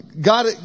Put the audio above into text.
God